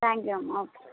thank you అమ్మ okay